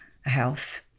health